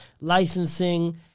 licensing